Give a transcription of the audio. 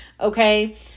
okay